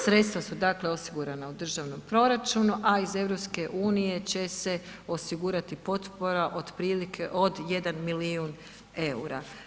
Sredstva su dakle osigurana u državnom proračunu a iz EU-a će se osigurati potpora otprilike od 1 milijun eura.